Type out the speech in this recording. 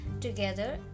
together